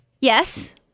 yes